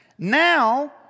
Now